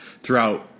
throughout